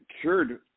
cured